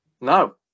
No